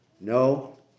No